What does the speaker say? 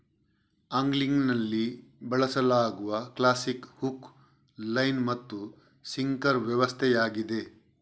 ಆಂಗ್ಲಿಂಗಿನಲ್ಲಿ ಬಳಸಲಾಗುವ classic hook, line ಮತ್ತು sinker ವ್ಯವಸ್ಥೆಯಾಗಿದೆ